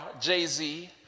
Jay-Z